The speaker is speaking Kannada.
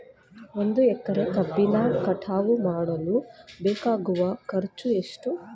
ಒಂದು ಎಕರೆ ಕಬ್ಬನ್ನು ಕಟಾವು ಮಾಡಲು ಬೇಕಾಗುವ ಖರ್ಚು ಎಷ್ಟು?